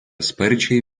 sparčiai